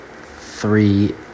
three